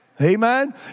Amen